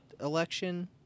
election